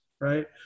right